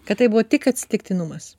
kad tai buvo tik atsitiktinumas